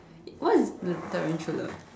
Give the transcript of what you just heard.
what is tarantula